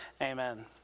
amen